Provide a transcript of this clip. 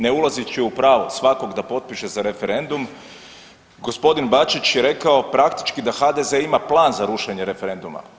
Ne ulazeći u pravo svakog da potpiše za referendum gospodin Bačić je rekao praktički da HDZ ima plan za rušenje referenduma.